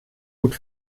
gut